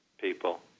people